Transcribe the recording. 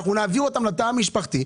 נעביר אותן לתא המשפחתי,